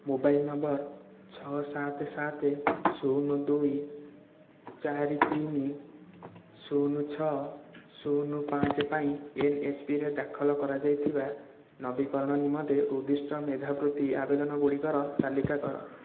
mobile number ଛଅ ସାତ ସାତ ଶୂନ ଦୁଇ ଚାରି ତିନି ଶୂନ ଛଅ ଶୂନ ପାଞ୍ଚ ପାଇଁ ଏନ୍ଏସ୍ପିରେ ଦାଖଲ କରାଯାଇଥିବା ନବୀକରଣ ନିମନ୍ତେ ଉଦ୍ଦିଷ୍ଟ ମେଧାବୃତ୍ତି ଆବେଦନ ଗୁଡ଼ିକର ତାଲିକା କର